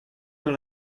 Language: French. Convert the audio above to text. dans